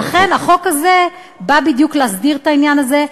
לכן, החוק הזה בא בדיוק להסדיר את העניין הזה.